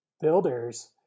builders